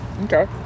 okay